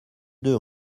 deux